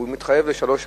והוא מתחייב לשלוש שנים,